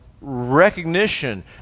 recognition